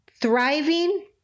thriving